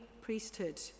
priesthood